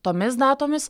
tomis datomis